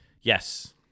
Yes